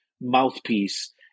mouthpiece